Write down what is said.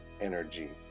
energy